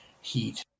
heat